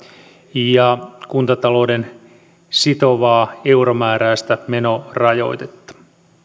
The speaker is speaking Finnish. ja kuntatalouden sitovaa euromääräistä menorajoitetta